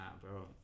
bro